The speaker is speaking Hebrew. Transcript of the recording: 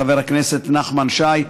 חבר הכנסת נחמן שי.